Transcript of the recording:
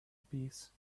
peace